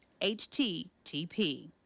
HTTP